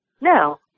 No